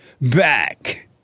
back